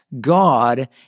God